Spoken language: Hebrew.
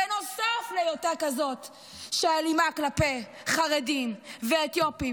בנוסף להיותה כזו שאלימה כלפי חרדים ואתיופים